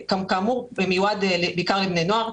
זה בעיקר מיועד לבני נוער.